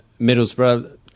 Middlesbrough